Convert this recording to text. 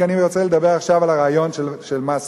כי אני רוצה לדבר עכשיו על הרעיון של מסריק.